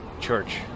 church